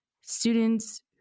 students